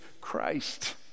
Christ